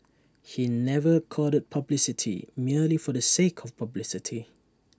he never courted publicity merely for the sake of publicity